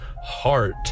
heart